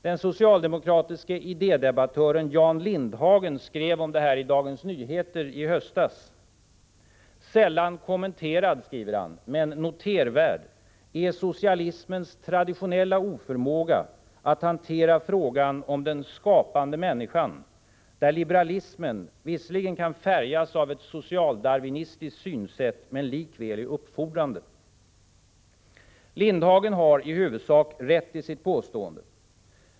Den socialdemokratiske idédebattören Jan Lindhagen skrev om detta i Dagens Nyheter i höstas: ”Sällan kommenterad, men notervärd, är socialismens traditionella oförmåga att hantera frågan om "den skapande människan”, där liberalismen visserligen kan färgas av ett social-darwinistiskt synsätt, men likväl är uppfordrande.” Lindhagen har i huvudsak rätt i sitt påstående.